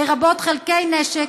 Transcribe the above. לרבות חלקי נשק,